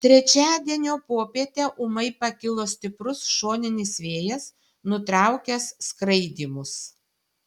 trečiadienio popietę ūmai pakilo stiprus šoninis vėjas nutraukęs skraidymus